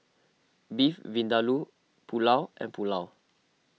Beef Vindaloo Pulao and Pulao